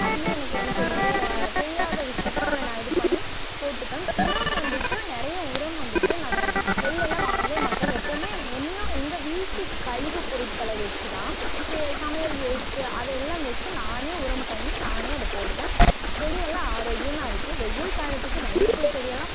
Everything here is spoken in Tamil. அதுலேயும் எனக்கு என்ன தெரியுமோ தெரியாத விஷயத்தை அதில் நான் இது பண்ணி போட்டுப்பேன் உரம் வந்துவிட்டு நிறைய உரம் வந்துவிட்டு நான் வெளிலலாம் வாங்கவே மாட்டேன் எப்போதுமே என்ன எங்கள் வீட்டு கழிவுப்பொருட்களை வைச்சி தான் சமையல் வேஸ்ட் அதெல்லாம் வைச்சி நானே உரம் பண்ணி நானே அதை போடுவேன் செடி எல்லாம் ஆரோக்கியமாக இருக்குது வெயில் காலத்துக்கு மல்லிகைப்பூ செடியெல்லாம்